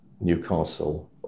Newcastle